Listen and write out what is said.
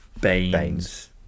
Baines